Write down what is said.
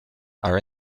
are